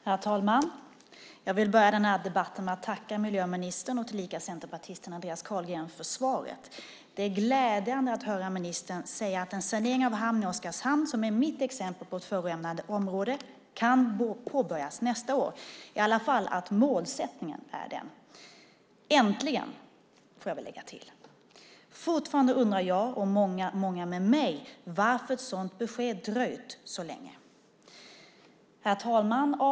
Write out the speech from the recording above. Herr talman! Jag vill börja den här debatten med att tacka miljöministern och tillika centerpartisten Andreas Carlgren för svaret. Det är glädjande att höra ministern säga att en sanering av hamnen i Oskarshamn, som är mitt exempel på ett förorenat område, kan påbörjas nästa år, eller i alla fall är målsättningen den. Äntligen, får jag väl lägga till. Fortfarande undrar jag och många, många med mig varför ett sådant besked dröjt så länge. Herr talman!